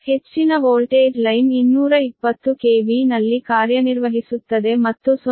ಹೆಚ್ಚಿನ voltage line 220 KV ನಲ್ಲಿ ಕಾರ್ಯನಿರ್ವಹಿಸುತ್ತದೆ ಮತ್ತು 0